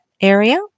area